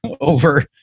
over